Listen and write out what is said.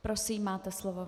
Prosím, máte slovo.